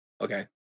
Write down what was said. Okay